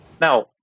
now